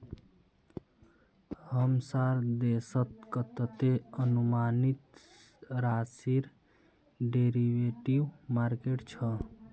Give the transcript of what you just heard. हमसार देशत कतते अनुमानित राशिर डेरिवेटिव मार्केट छ